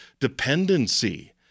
dependency